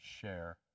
share